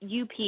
UP